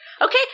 Okay